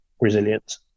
resilience